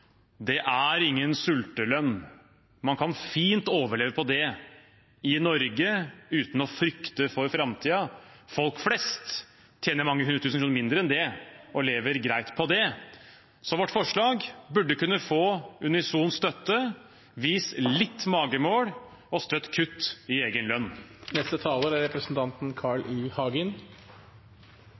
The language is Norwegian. kr, er ingen sultelønn, man kan fint overleve på det i Norge uten å frykte for framtiden. Folk flest tjener mange hundre tusen kroner mindre og lever greit med det. Så vårt forslag burde kunne få unison støtte. Vis litt magemål, og støtt kutt i egen lønn!